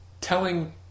telling